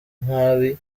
nabi